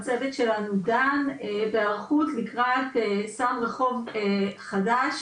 הצוות שלנו דן בהיערכות לקראת סם רחוב חדש,